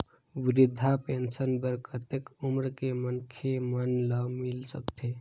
वृद्धा पेंशन बर कतेक उम्र के मनखे मन ल मिल सकथे?